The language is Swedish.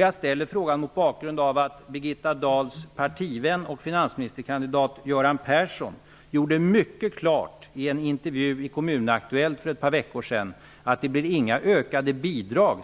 Jag ställer frågorna mot bakgrund av vad Birgitta Persson gjorde mycket klart i en intervju i KommunAktuellt för ett par veckor sedan, nämligen att det blir inga ökade